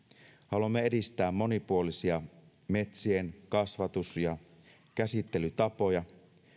haluamme edistää monipuolisia metsien kasvatus ja käsittelytapoja